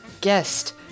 guest